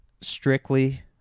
strictly